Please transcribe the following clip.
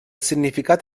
significat